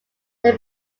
then